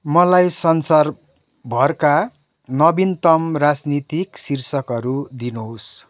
मलाई संसारभरका नवीनतम राजनैतिक शीर्षकहरू दिनुहोस्